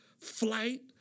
flight